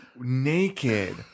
naked